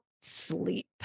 sleep